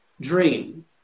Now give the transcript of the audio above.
dream